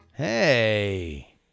Hey